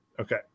okay